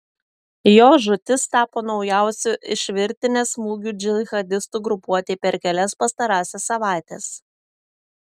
jo žūtis tapo naujausiu iš virtinės smūgių džihadistų grupuotei per kelias pastarąsias savaites